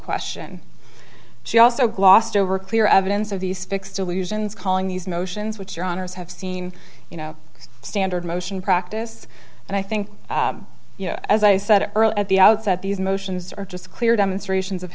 question she also glossed over clear evidence of these fixed illusions calling these motions which your honour's have seen you know standard motion practice and i think as i said earlier at the outset these motions are just clear demonstrations of